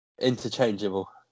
interchangeable